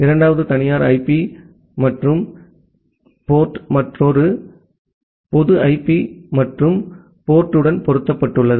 இரண்டாவது தனியார் ஐபி மற்றும் துறைமுகம் மற்றொரு பொது ஐபி மற்றும் துறைமுகத்துடன் பொருத்தப்பட்டுள்ளது